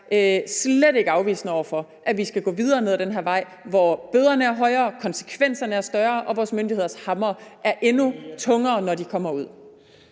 slet ikke afvisende over for, at vi skal gå videre ned ad den her vej, hvor bøderne er højere, konsekvenserne er større og vores myndigheders hamre er endnu tungere, når de kommer ud.